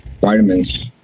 Vitamins